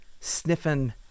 sniffing